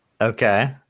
Okay